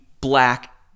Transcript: black